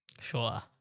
Sure